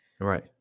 Right